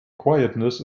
quietness